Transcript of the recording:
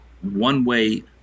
one-way